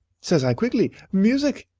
says i, quickly, music!